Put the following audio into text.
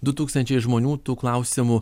du tūkstančiai žmonių tų klausimų